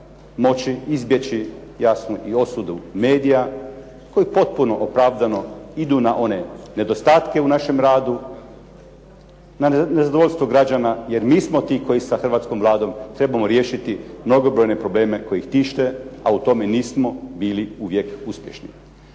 moći izbjeći jasno i osudu medija koji potpuno opravdano idu na one nedostatke u našem radu, nezadovoljstvo građana jer mi smo ti koji sa hrvatskom Vladom trebamo riješiti mnogobrojne probleme koji ih tište, a u tome nismo bili uvijek uspješni.